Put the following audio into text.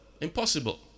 Impossible